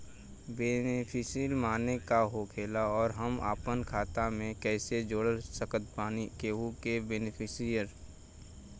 Beneficiary माने का होखेला और हम आपन खाता मे कैसे जोड़ सकत बानी केहु के बेनीफिसियरी?